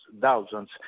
thousands